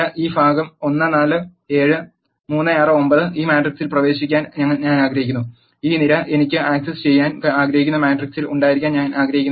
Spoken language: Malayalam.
ഈ ഭാഗം 1 4 7 3 6 9 ഈ മാട്രിക്സിൽ പ്രവേശിക്കാൻ ഞാൻ ആഗ്രഹിക്കുന്നു ഈ നിര എനിക്ക് ആക് സസ് ചെയ്യാൻ ആഗ്രഹിക്കുന്ന മാട്രിക്സിൽ ഉണ്ടായിരിക്കാൻ ഞാൻ ആഗ്രഹിക്കുന്നില്ല